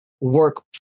work